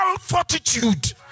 fortitude